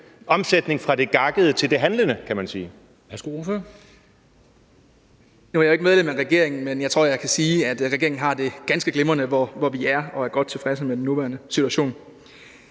Christian Rabjerg Madsen (S): Nu er jeg jo ikke medlem af regeringen, men jeg tror, jeg kan sige, at regeringen har det ganske glimrende, hvor vi er, og er godt tilfredse med den nuværende situation.